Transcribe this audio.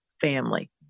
family